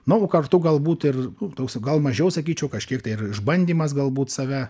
na o kartu galbūt ir toks gal mažiau sakyčiau kažkiek tai ir išbandymas galbūt save